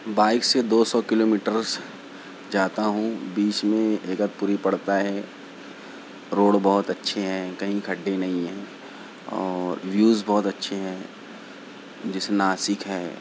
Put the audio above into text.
bike سے دو سو کلو میٹرس جاتا ہوں بیچ میں ایگتپوری پڑتا ہے روڈ بہت اچھے ہیں کہیں کھڈے نہیں ہیں اور ویوز بہت اچھے ہیں جیسے ناسک ہے